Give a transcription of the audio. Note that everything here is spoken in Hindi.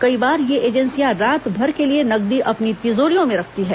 कई बार ये एजेंसियां रात भर के लिए नकदी अपनी तिजोरियों में रखती हैं